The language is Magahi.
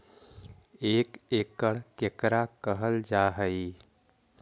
एक एकड़ केकरा कहल जा हइ?